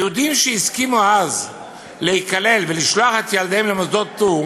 היהודים שהסכימו אז להיכלל ולשלוח את ילדיהם למוסדות פטור